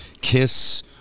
Kiss